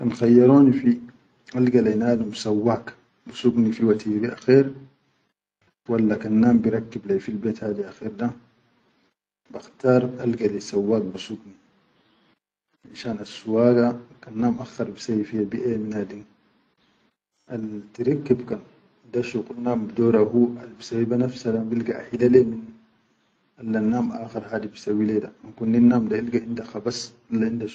Kan khayyaroni fi alga nadum sawwak bi suk ni fi watiri akher walla kan nam bi rakki leyi fi be akher da, bakhtar alga leyi sawwak bi suk ni finshan assuwaga kan nam akhar bisawwiya biʼemina di. Al-tirikib kan, da shuqul nam bidaura hu al bisawwi be nafsa da bilga ahile min allal nam akhar al bisawwi leya da da an konnin nam da inda khbas.